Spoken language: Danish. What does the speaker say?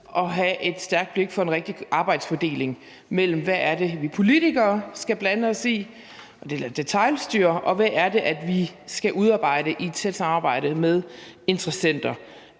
og have et stærkt blik for en rigtig arbejdsfordeling mellem, hvad det er, vi politikere skal blande os i eller detailstyre, og hvad det er, vi skal udarbejde i et tæt samarbejde med interessenter.